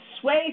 sway